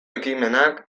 ekimenak